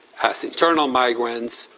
as internal migrants,